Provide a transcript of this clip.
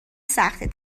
سخته